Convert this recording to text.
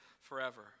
forever